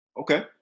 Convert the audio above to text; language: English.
Okay